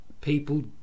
People